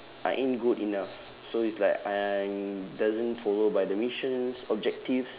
I ain't good enough so it's like I'm doesn't follow by the mission's objectives